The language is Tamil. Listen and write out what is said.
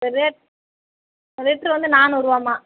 ரேட் லிட்ரு வந்து நானூறுரூவாம்மா